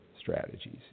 strategies